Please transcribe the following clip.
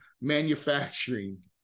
manufacturing